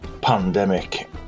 pandemic